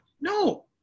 No